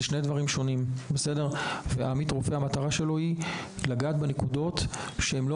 המטרה של עמית רופא היא לגעת בנקודות שהן לא